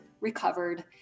recovered